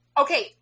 okay